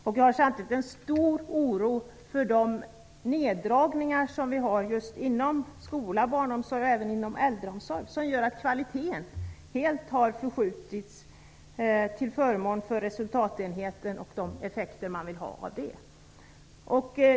Jag har särskilt en stor oro för de neddragningar som sker inom skola och barnomsorg och även inom äldreomsorg och som gör att kvaliteten helt har förskjutits till förmån för resultatenheter och de effekter man vill ha av dem.